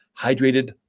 hydrated